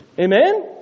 Amen